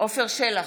עפר שלח,